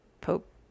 Pope